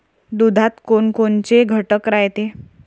दुधात कोनकोनचे घटक रायते?